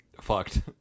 fucked